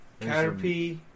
Caterpie